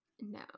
No